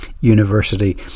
university